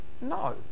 No